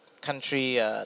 Country